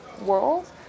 world